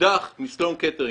הודח מסלואן קטרינג,